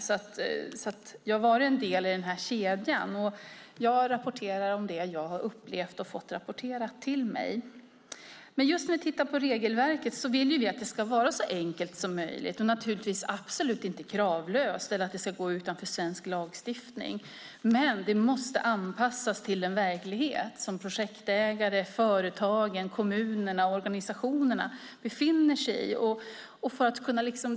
Jag har alltså varit en del i den kedjan. Jag rapporterar om det som jag har upplevt och fått rapporterat till mig. När det gäller regelverket vill vi att det ska vara så enkelt som möjligt, och det ska absolut inte vara kravlöst eller gå utanför svensk lagstiftning. Men det måste anpassas till den verklighet som projektägare, företag, kommuner och organisationer befinner sig i.